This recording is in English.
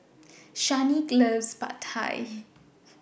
Shanequa loves Pad Thai